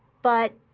but